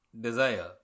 desire